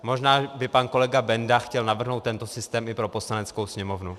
Možná by pan kolega Benda chtěl navrhnout tento systém i pro Poslaneckou sněmovnou.